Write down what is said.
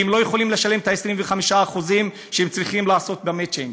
כי הם לא יכולים לשלם את ה-25% שהם צריכים לעשות במצ'ינג,